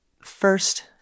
first